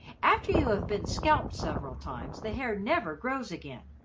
after you have been scalped several times the hair never grows again.